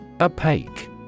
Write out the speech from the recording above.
Opaque